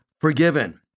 forgiven